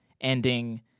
ending